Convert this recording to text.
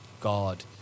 God